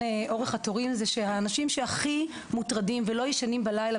אורך התורים הוא שהאנשים שהכי מוטרדים ולא ישנים בלילה